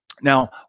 Now